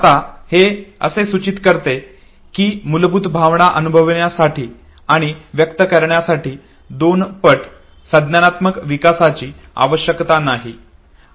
आता हे असे सूचित करते की मूलभूत भावना अनुभवण्यासाठी आणि व्यक्त करण्यासाठी दोन पट संज्ञानात्मक विकासाची आवश्यकता नाही